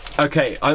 Okay